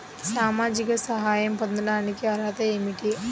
సామాజిక సహాయం పొందటానికి అర్హత ఏమిటి?